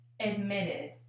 admitted